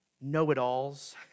know-it-alls